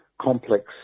complex